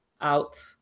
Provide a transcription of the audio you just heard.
out